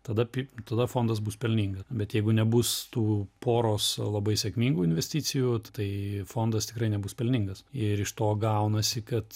tada pi tada fondas bus pelninga bet jeigu nebus tų poros labai sėkmingų investicijų tai fondas tikrai nebus pelningas ir iš to gaunasi kad